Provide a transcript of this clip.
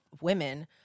women